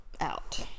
out